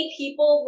people